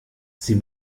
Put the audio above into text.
sie